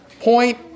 point